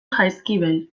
jaizkibel